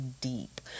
deep